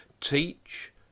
teach